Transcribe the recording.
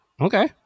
Okay